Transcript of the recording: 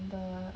the